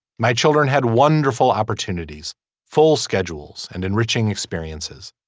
my children had wonderful opportunities full schedules and enriching experiences.